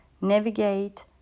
navigate